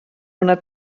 una